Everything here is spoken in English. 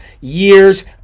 years